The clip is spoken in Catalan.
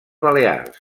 balears